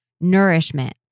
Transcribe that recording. nourishment